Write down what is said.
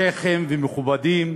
שיח'ים ומכובדים,